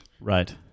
Right